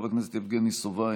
חבר הכנסת יבגני סובה,